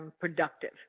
productive